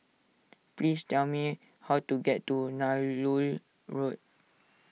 please tell me how to get to Nallur Road